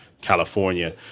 California